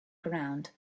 ground